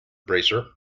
bracer